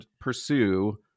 pursue